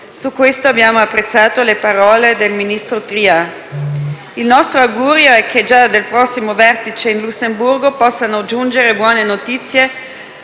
Su questo abbiamo apprezzato le parole del ministro Tria. Il nostro augurio è che, già nel prossimo vertice in Lussemburgo, possano giungere buone notizie